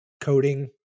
coding